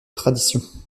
tradition